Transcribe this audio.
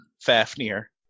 Fafnir